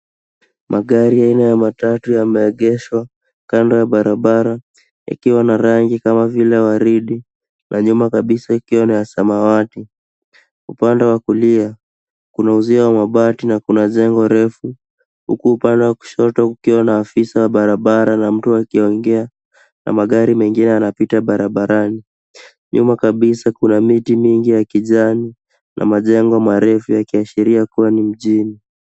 Magari aina matatu yameegeshwa kando ya barabara ikiwa na rangi kama vile waride na nyuma kabisa ikiwa ya samawati, upande wa kulia kuna usio wa mabati na kuna jengo refu, huku upande wa kushoto kukiwa na ofisa barabara na mtu akiongea na magari mengi yanapita barabarani, nyuma kabisa kuna miti mingi ya kijani na majengo marefu yakiashiria kuwa ni mjini.